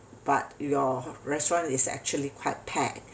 but your restaurant is actually quite packed